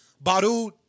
Baru